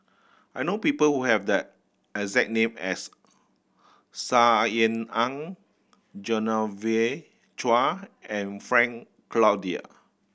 I know people who have the exact name as Saw Ean Ang Genevieve Chua and Frank Cloutier